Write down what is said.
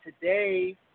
today